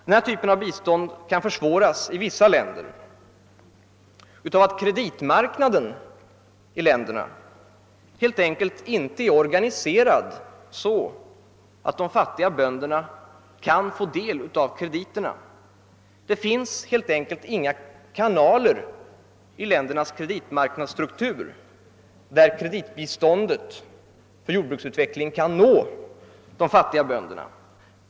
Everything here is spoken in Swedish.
Denna form av bistånd försvåras emellertid av att kreditmarknaden i vissa länder helt enkelt inte är organiserad så att de fattigare bönderna kan få del av krediterna. Det finns helt enkelt inga kanaler i de ländernas kreditmarknadsstruktur där kreditbiståndet för jordbruksutvecklingen kan nå de fattiga.